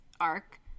arc